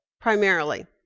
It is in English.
primarily